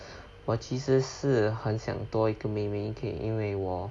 我其实是很想多一个妹妹可以因为我